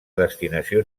destinació